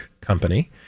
Company